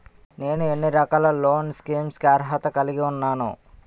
నేను ఎన్ని రకాల లోన్ స్కీమ్స్ కి అర్హత కలిగి ఉన్నాను?